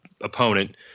opponent